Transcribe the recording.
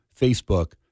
Facebook